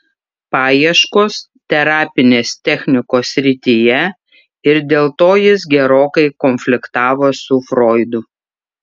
paieškos terapinės technikos srityje ir dėl to jis gerokai konfliktavo su froidu